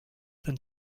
than